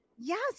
Yes